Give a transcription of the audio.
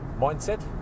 mindset